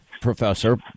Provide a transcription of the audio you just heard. Professor